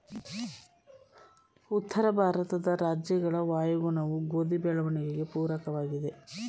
ಉತ್ತರ ಭಾರತದ ರಾಜ್ಯಗಳ ವಾಯುಗುಣವು ಗೋಧಿ ಬೆಳವಣಿಗೆಗೆ ಪೂರಕವಾಗಿದೆ,